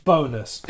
Bonus